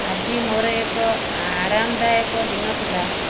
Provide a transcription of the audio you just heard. ଆଜି ମୋର ଏକ ଆରାମଦାୟକ ଦିନ ଥିଲା